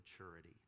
maturity